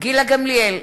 גילה גמליאל,